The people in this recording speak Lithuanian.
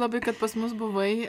labai kad pas mus buvai